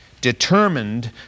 determined